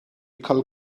cael